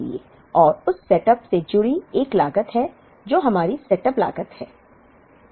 और उस सेटअप से जुड़ी एक लागत है जो हमारी सेटअप लागत है